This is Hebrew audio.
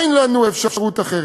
אין לנו אפשרות אחרת.